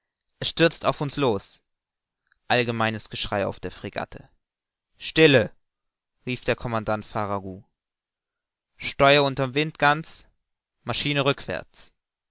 es stürzt auf uns los allgemeines geschrei auf der fregatte stille rief der commandant farragut steuer unter'm wind ganz maschine rückwärts